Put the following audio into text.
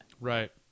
Right